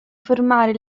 formare